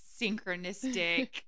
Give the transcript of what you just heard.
synchronistic